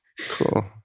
Cool